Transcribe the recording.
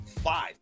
five